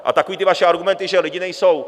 A takové ty vaše argumenty, že lidi nejsou...